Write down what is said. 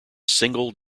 single